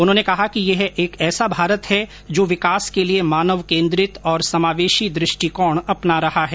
उन्होंने कहा कि यह एक ऐसा भारत है जो विकास के लिए मानव केन्द्रित और समावेशी दृष्टिकोण अपना रहा है